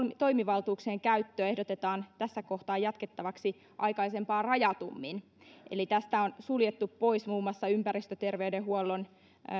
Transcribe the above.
toimivaltuuksien käyttöä ehdotetaan tässä kohtaa jatkettavaksi aikaisempaa rajatummin eli tästä on suljettu pois muun muassa ympäristöterveydenhuollon